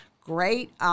great –